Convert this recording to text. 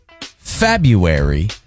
February